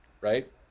Right